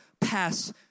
pass